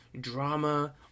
drama